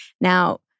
now